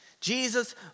Jesus